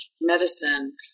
medicine